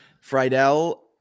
Friedel